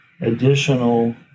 additional